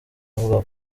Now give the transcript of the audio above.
avuga